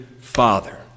father